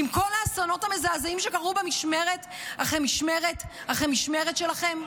עם כל האסונות המזעזעים שקרו במשמרת אחרי משמרת אחרי משמרת שלכם?